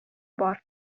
бар